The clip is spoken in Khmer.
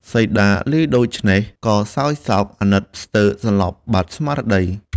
សីតាឮដូច្នេះ ក៏សោយសោកអាណិតស្ទើរសន្លប់បាត់ស្មារតី។